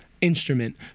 instrument